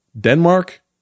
Denmark